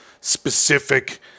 specific